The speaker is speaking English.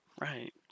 Right